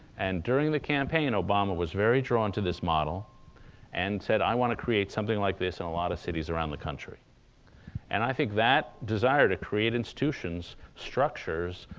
and during the campaign obama was very drawn to this model and said, i want to create something like this in a lot of cities around the country and i think that desire to create institutions, structures,